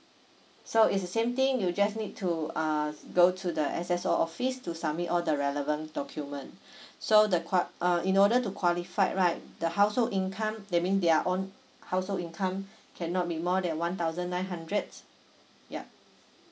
so is the same thing you just need to uh go to the S_S_O office to submit all the relevant document so the qua~ uh in order to qualified right the household income that mean their own household income cannot be more than one thousand nine hundred yup